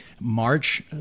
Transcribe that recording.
March